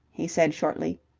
he said shortly.